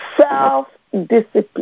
Self-discipline